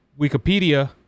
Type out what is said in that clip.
Wikipedia